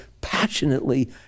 passionately